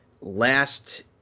last